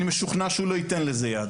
אני משוכנע שהוא לא ייתן לזה יד.